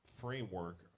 framework